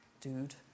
dude